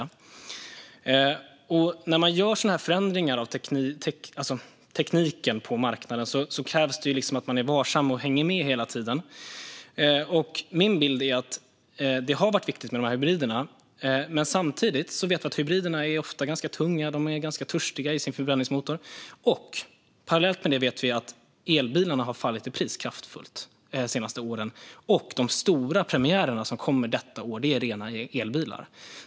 När man gör förändringar av tekniken på marknaden krävs det att man är varsam och hänger med hela tiden. Min bild är att hybriderna har varit viktiga, men de är ofta ganska tunga och törstiga i sin förbränningsmotor. Parallellt med detta vet vi att elbilarna har fallit kraftigt i pris de senaste åren, och de stora premiärerna detta år gäller rena elbilar.